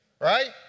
right